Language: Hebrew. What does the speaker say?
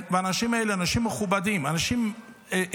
האנשים האלה הם אנשים מכובדים, אנשים ערכיים,